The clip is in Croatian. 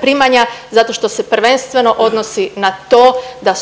primanja zato što se prvenstveno odnosi na to da su